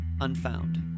Unfound